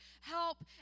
help